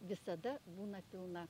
visada būna pilna